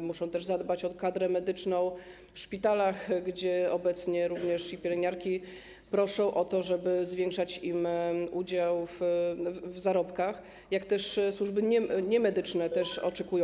muszą też zadbać o kadrę medyczną w szpitalach, gdzie obecnie pielęgniarki proszą o to, żeby zwiększać im udział w zarobkach, również służby niemedyczne tego oczekują.